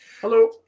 hello